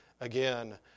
again